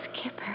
Skipper